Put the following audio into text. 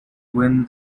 win